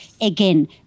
Again